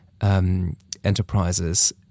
enterprises